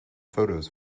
photos